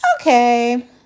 okay